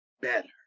better